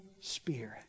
Spirit